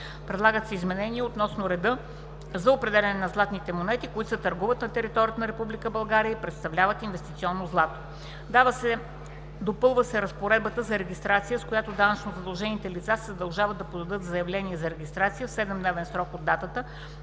Предлагат се изменения относно реда за определяне на златните монети, които се търгуват на територията на Република България и представляват инвестиционно злато. Допълва се разпоредбата за регистрация, с която данъчно задължените лица се задължават да подадат заявление за регистрация в 7-дневен срок от датата,